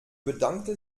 bedankte